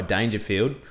Dangerfield